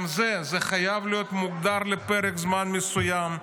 גם זה חייב להיות מוגדר לפרק זמן מסוים,